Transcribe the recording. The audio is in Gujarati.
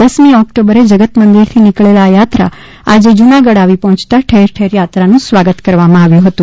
દસમી ઓક્ટોબરે જગત મંદિર થી નીકળેલ આ યાત્રા આજે જૂનાગઢ આવી પહોંયતા ઠેર ઠેર યાત્રાનું સ્વાગત કરવામાં આવ્યું હતું